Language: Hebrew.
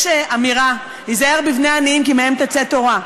יש אמירה: היזהרו בבני עניים כי מהם תצא תורה.